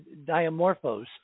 Diamorphos